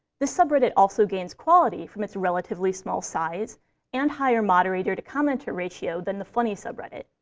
this subreddit also gains quality from its relatively small size and higher moderator-to-commenter ratio than the funny subreddit,